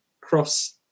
cross